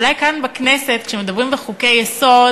אולי כאן בכנסת כשמדברים בחוקי-יסוד,